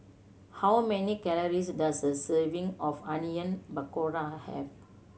how many calories does a serving of Onion Pakora have